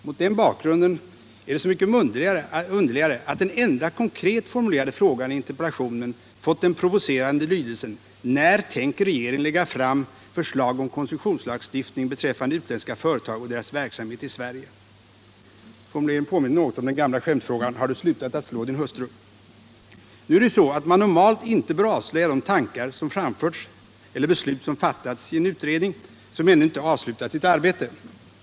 Mot den bakgrunden är det så mycket underligare att den enda konkret formulerade frågan i interpellationen fått den provocerande lydelsen: ”När tänker regeringen lägga fram förslag om koncessionslagstiftning beträffande utländska företag och deras verksamhet i Sverige?” Formuleringen påminner något om den gamla skämt 139 frågan: Har du slutat att slå din hustru? Normalt bör man icke avslöja de tankar som har framförts eller de beslut som har fattats i en utredning som ännu inte avslutat sitt arbete.